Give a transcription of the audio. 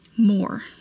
More